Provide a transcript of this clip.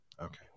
Okay